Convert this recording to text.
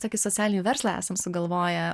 tokį socialinį verslą esam sugalvoję